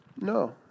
No